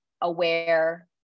aware